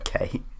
Okay